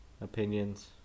opinions